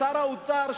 בשר האוצר,